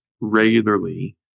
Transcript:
regularly